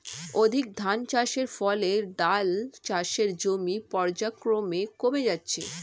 অধিক ধানচাষের ফলে ডাল চাষের জমি পর্যায়ক্রমে কমে যাচ্ছে